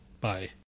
Bye